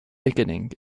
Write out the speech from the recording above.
beginning